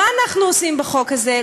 מה אנחנו עושים בחוק הזה?